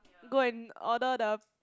go and order the